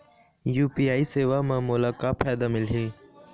UPI सेवा म मोला का फायदा मिलही?